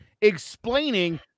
explaining